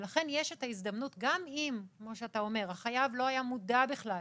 לכן יש את ההזדמנות גם אם כמו שאתה אומר החייב לא היה מודע בכלל